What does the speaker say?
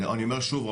אני אומר שוב,